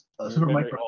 Supermicro